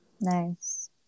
Nice